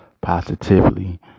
positively